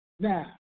Now